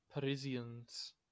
parisians